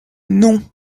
non